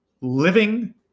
living